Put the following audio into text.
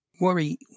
Worry